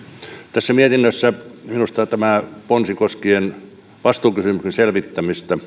tässä mietinnössä minusta tämä ponsi koskien vastuukysymysten selvittämistä